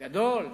גדול,